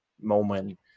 moment